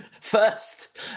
First